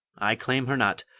i claim her not,